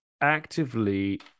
actively